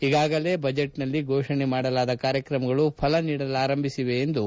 ಈಗಾಗಲೇ ಬಜೆಟ್ನಲ್ಲಿ ಘೋಷಣೆ ಮಾಡಲಾದ ಕಾರ್ಯಕ್ರಮಗಳು ಫಲ ನೀಡಲು ಆರಂಭಿಸಿವೆ ಎಂದರು